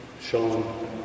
Sean